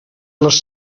les